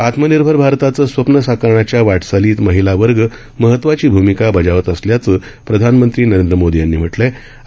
आत्मनिर्भर भारताचं स्वप्न साकारण्याच्या वाटचालीत महिला वर्ग महत्वाची भूमिका बजावत असल्याचं प्रधानमंत्री नरेंद्र मोदी यांनी ट्विटर संदेशात म्हटलं आहे